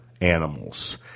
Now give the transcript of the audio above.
animals